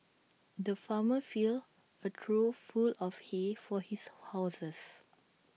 the farmer filled A trough full of hay for his horses